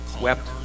wept